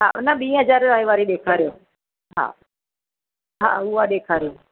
हा न ॿीं हज़ारें वारी वरी ॾेखारियो हा हा उहा ॾेखारियो